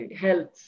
health